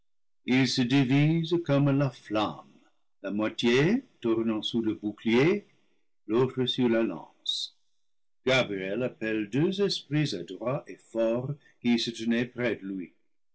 la flamme la moitié tournant sur le bouclier l'autre sur la lance gabriel appelle deux esprits adroits et forts qui se tenaient près de lui